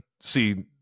see